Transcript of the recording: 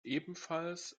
ebenfalls